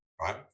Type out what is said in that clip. right